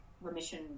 remission